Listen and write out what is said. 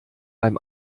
beim